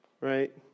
Right